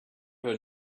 her